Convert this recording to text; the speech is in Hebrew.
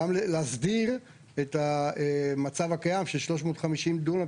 גם להסדיר את המצב הקיים של 350 דונם